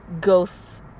ghosts